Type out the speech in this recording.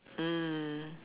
mm